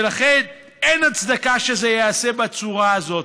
ולכן אין הצדקה שזה ייעשה בצורה הזאת.